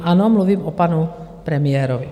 Ano, mluvím o panu premiérovi.